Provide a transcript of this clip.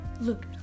Look